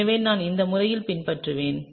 எனவே நான் இந்த முறையைப் பின்பற்றுவேன்